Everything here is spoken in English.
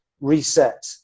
reset